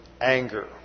anger